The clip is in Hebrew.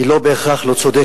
היא לא בהכרח לא צודקת.